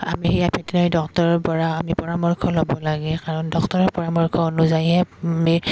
আমি সেয়া ভটেনেৰী ডাক্তৰৰপৰা আমি পৰামৰ্শ ল'ব লাগে কাৰণ ডাক্তৰৰ পৰামৰ্শ অনুযায়ীহে আমি